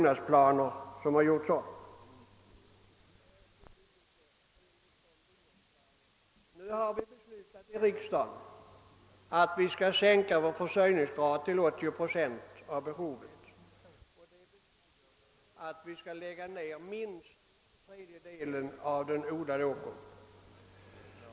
Vi har i riksdagen beslutat att sänka vår försörjningsgrad till 80 procent av behovet. Det betyder att vi skall lägga ned minst en tredjedel av den odlade jorden.